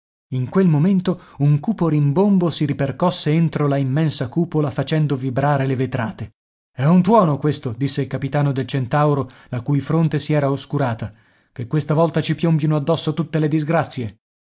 in quel momento un cupo rimbombo si ripercosse entro la immensa cupola facendo vibrare le vetrate è un tuono questo disse il capitano del centauro la cui fronte si era oscurata che questa volta ci piombino addosso tutte le disgrazie